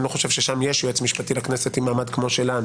אני לא חושב ששם יש יועץ משפטי לכנסת עם מעמד כמו שלנו